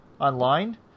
online